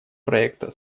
проекта